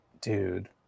dude